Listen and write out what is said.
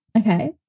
Okay